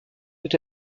peut